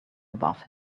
above